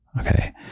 Okay